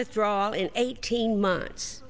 withdrawal in eighteen months